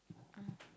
uh